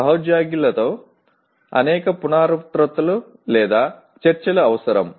సహోద్యోగులతో అనేక పునరావృత్తులు లేదా చర్చలు అవసరం